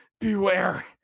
beware